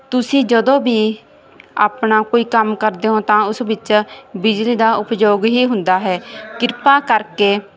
ਤੁਸੀਂ ਜਦੋਂ ਵੀ ਆਪਣਾ ਕੋਈ ਕੰਮ ਕਰਦੇ ਹੋ ਤਾਂ ਉਸ ਵਿੱਚ ਬਿਜਲੀ ਦਾ ਉਪਯੋਗ ਹੀ ਹੁੰਦਾ ਹੈ ਕਿਰਪਾ ਕਰਕੇ